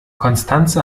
constanze